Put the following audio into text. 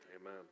Amen